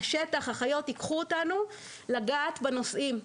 השטח והחיות ייקחו אותנו לגעת בנושאים,